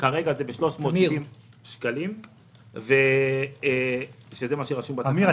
כרגע זה ב-370 שקלים, כך רשום בתקנות.